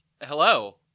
Hello